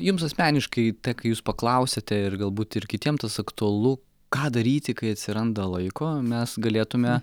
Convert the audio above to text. jums asmeniškai tai kai jūs paklausėte ir galbūt ir kitiem tas aktualu ką daryti kai atsiranda laiko mes galėtume